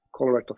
colorectal